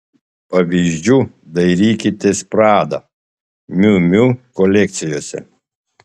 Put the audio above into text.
pavyzdžių dairykitės prada miu miu kolekcijose